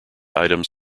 items